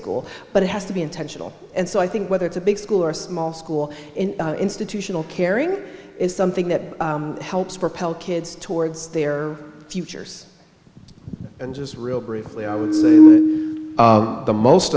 school but it has to be intentional and so i think whether it's a big school or small school in institutional caring is something that helps propel kids towards their futures and just real briefly